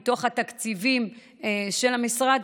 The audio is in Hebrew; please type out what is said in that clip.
מתוך התקציבים של המשרד,